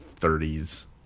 30s